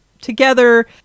together